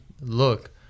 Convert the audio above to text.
look